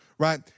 right